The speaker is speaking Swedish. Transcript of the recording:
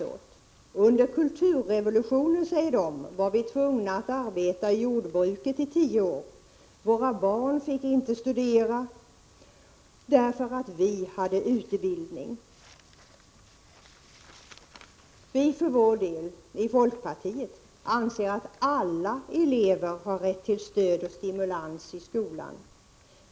De säger: Under kulturrevolutionen var vi tvungna att arbeta i jordbruket i tio år. Våra barn fick inte studera därför att vi hade utbildning. Vi anser i folkpartiet att alla elever har rätt till stöd och stimulans i skolan.